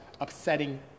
upsetting